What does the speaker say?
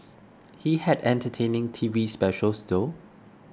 he had entertaining T V specials though